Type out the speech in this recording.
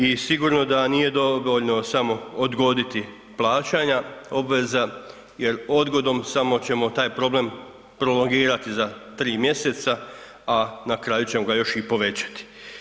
I sigurno da nije dovoljno samo odgoditi plaćanja obveza jel odgodom samo ćemo taj problem prolongirati za 3 mjeseca, a na kraju ćemo ga još i povećati.